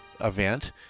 event